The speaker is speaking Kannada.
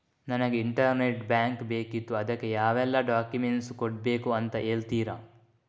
ನನಗೆ ಇಂಟರ್ನೆಟ್ ಬ್ಯಾಂಕ್ ಬೇಕಿತ್ತು ಅದಕ್ಕೆ ಯಾವೆಲ್ಲಾ ಡಾಕ್ಯುಮೆಂಟ್ಸ್ ಕೊಡ್ಬೇಕು ಅಂತ ಹೇಳ್ತಿರಾ?